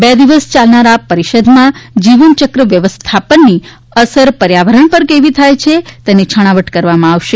બે દિવસ ચાલનાર આ પરિષદમાં જીવન ચક્ર વ્યવસ્થાપનની અસર પર્યાવરણ પર કેવી થાય છે તેની પરિષદમાં છણાવટ કરવામાં આવશે